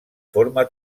forma